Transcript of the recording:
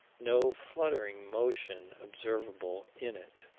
no fluttering motion observable in it.